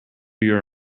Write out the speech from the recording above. your